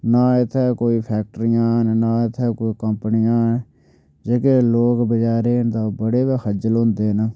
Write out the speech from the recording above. न इत्थै कोई फैक्ट्रियां न इत्थै कोई कंपनियां न जेह्के लोक बेचारे तां ओह् बड़े गै खज्जल होंदे न